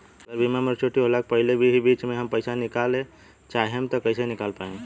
अगर बीमा के मेचूरिटि होला के पहिले ही बीच मे हम पईसा निकाले चाहेम त कइसे निकाल पायेम?